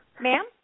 Ma'am